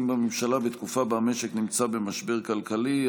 בממשלה בתקופה שבה המשק נמצא במשבר כלכלי,